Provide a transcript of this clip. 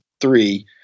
three